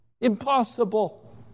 Impossible